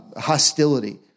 Hostility